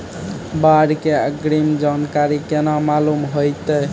बाढ़ के अग्रिम जानकारी केना मालूम होइतै?